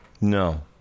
no